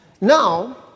Now